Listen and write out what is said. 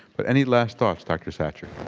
but any last thoughts dr. satcher?